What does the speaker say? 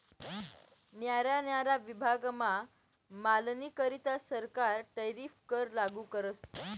न्यारा न्यारा विभागमा मालनीकरता सरकार टैरीफ कर लागू करस